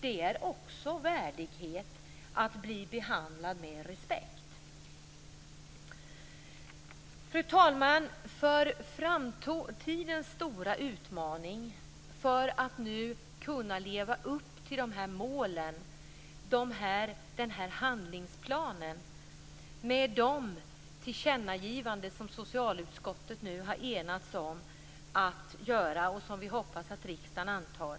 Det är också värdighet att bli behandlad med respekt. Fru talman! Framtidens stora utmaning är att kunna leva upp till målen och handlingsplanen, med de tillkännagivanden som socialutskottet nu har enats om att göra och som vi hoppas att riksdagen antar.